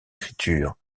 écriture